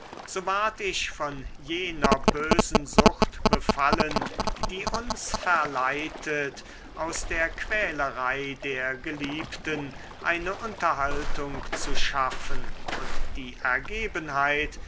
so ward ich von jener bösen sucht befallen die uns verleitet aus der quälerei der geliebten eine unterhaltung zu schaffen und die